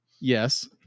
Yes